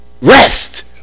rest